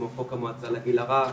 כמו חוק המועצה לגיל הרך,